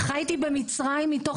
חייתי במצרים מתוך